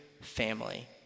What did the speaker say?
family